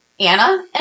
Anna